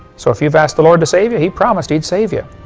so if you've asked the lord to save you, he promised he'd save you.